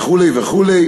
וכו' וכו'.